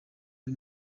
uri